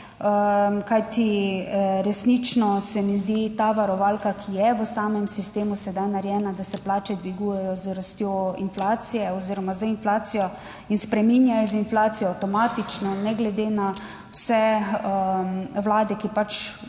Kajti, resnično se mi zdi ta varovalka, ki je v samem sistemu sedaj narejena, da se plače dvigujejo z rastjo inflacije oziroma z inflacijo in spreminjajo z inflacijo avtomatično, ne glede na vse vlade, ki pač